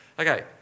Okay